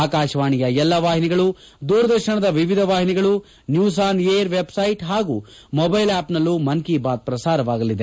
ಆಕಾಶವಾಣಿಯ ಎಲ್ಲ ವಾಹಿನಿಗಳು ದೂರದರ್ಶನದ ವಿವಿಧ ವಾಹಿನಿಗಳು ನ್ನೂಸ್ ಆನ್ ಐಎಆರ್ ವೆಬ್ಸೈಟ್ ಹಾಗೂ ಮೊದ್ಲೆಲ್ ಆಪ್ ನಲ್ಲೂ ಮನ್ ಕಿ ಬಾತ್ ಪ್ರಸಾರವಾಗಲಿದೆ